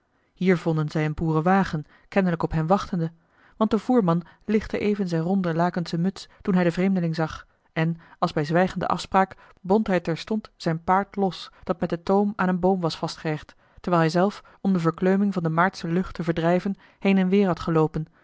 hier vonden zij een boerenwagen kennelijk op hen wachtende want de voerman lichtte even zijne ronde lakenschen muts toen hij den vreemdeling zag en als bij zwijgende afspraak bond hij terstond zijn paard los dat met den toom aan een boom was vastgehecht terwijl hij zelf om de verkleuming van de maartsche lucht te verdrijven heen en weêr had geloopen